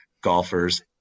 golfers